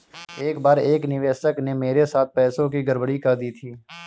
एक बार एक निवेशक ने मेरे साथ पैसों की गड़बड़ी कर दी थी